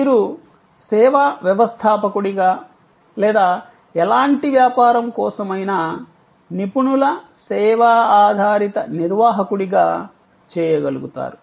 మీరు సేవా వ్యవస్థాపకుడిగా లేదా ఎలాంటి వ్యాపారం కోసమైనా నిపుణుల సేవా ఆధారిత నిర్వాహకుడిగా చేయగలుగుతారు